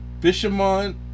Fisherman